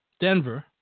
Denver